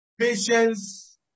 patience